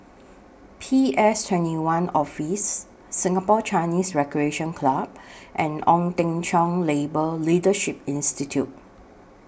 P S twenty one Office Singapore Chinese Recreation Club and Ong Teng Cheong Labour Leadership Institute